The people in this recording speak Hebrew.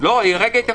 ההיגיון